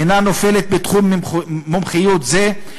אינן נופלות בתחום מומחיות זה,